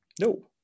No